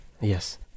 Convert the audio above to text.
yes